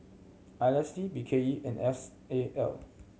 I S D B K E and S A L